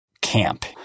camp